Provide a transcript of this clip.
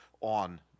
on